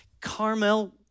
Carmel